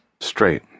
Straight